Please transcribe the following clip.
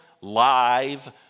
live